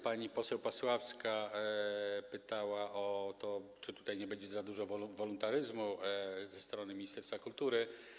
Pani poseł Pasławska pytała o to, czy tutaj nie będzie za dużo woluntaryzmu ze strony ministerstwa kultury.